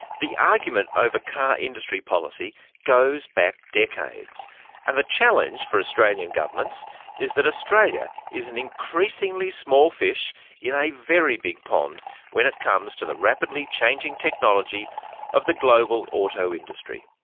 the argument over car industry policy goes back decades and the challenge for australian governments is that australia is an increasingly small fish in a very big pond when it comes to the rapidly changing technology of the global auto industry.